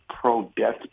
pro-death